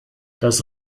das